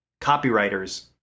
copywriters